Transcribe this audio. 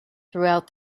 throughout